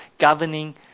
governing